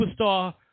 superstar